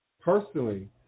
personally